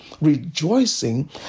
rejoicing